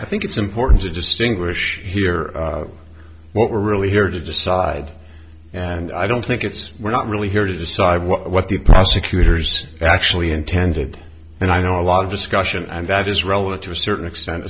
i think it's important to distinguish here what we're really here to decide and i don't think it's we're not really here to decide what the prosecutors actually intended and i know a lot of discussion and that is relative certain extent